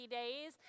days